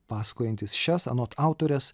pasakojantis šias anot autorės